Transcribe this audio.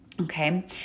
okay